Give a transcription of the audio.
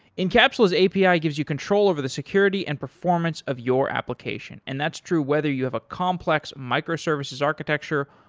encapsula's api ah gives you control over the security and performance of your application and that's true whether you have a complex microservices architecture,